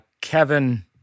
Kevin